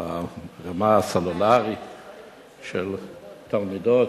על הסלולרי של תלמידות,